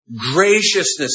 graciousness